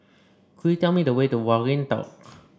could you tell me the way to Waringin Walk